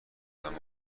بودند